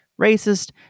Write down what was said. racist